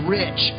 rich